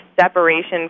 separation